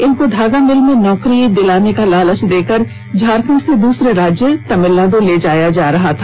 इनको धागा मिल में नौकरी का लालच देकर झारखंड से दूसरे राज्य तमिलनाड ले जाया जा रहा था